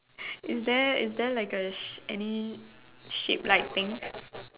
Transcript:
is there is there like a any shape like thing